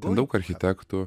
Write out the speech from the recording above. daug architektų